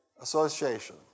Association